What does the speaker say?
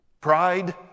Pride